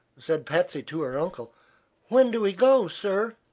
said patsy to her uncle when do we go, sir?